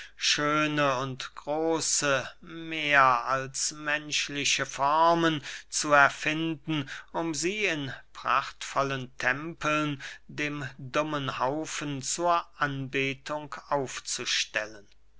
schöne und große mehr als menschliche formen zu erfinden um sie in prachtvollen tempeln dem dummen haufen zur anbetung aufzustellen